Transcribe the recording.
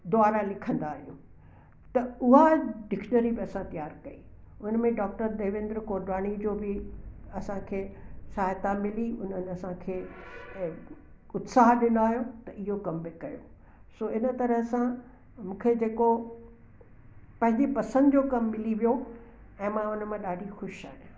द्वारा लिखंदा आहियूं त उहा डिक्शनरी बि असां तयार कई हुन में डॉक्टर देवेंद्र कोॾवाणी जो बि असांखे सहायता मिली उन्हनि असांखे उत्साह ॾिनो त इहो कमु बि कयो सो हिन तरह सां मूंखे जे को पंहिंजी पसंदि जो कमु मिली वियो ऐं मां हुन मां ॾाढी ख़ुशि आहियां